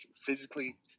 physically